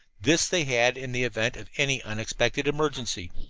this they had in the event of any unexpected emergency.